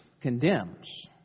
condemns